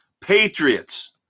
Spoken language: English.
Patriots